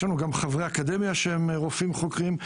יש לנו גם חברי אקדמיה שהם רופאים חוקרים,